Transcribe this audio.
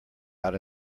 out